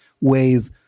wave